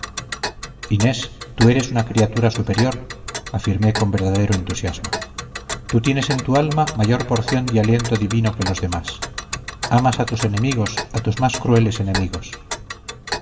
tú eres una criatura superior afirmé con verdadero entusiasmo tú tienes en tu alma mayor porción de aliento divino que los demás amas a tus enemigos a tus más crueles enemigos